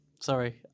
Sorry